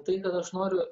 tai kad aš noriu